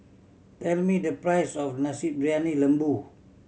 tell me the price of Nasi Briyani Lembu